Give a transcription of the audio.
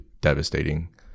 devastating